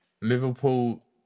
Liverpool